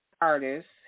artists